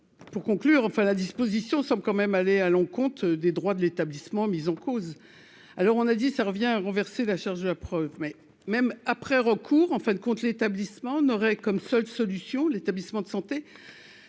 pour conclure enfin la disposition sommes quand même aller à l'encontre des droits de l'établissement, mise en cause, alors on a dit ça revient renverser la charge de la preuve mais même après recours en fin de compte, l'établissement n'auraient, comme seule solution : l'établissement de santé